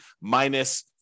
minus